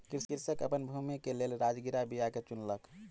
कृषक अपन भूमि के लेल राजगिरा बीया के चुनलक